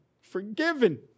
forgiven